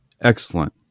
excellent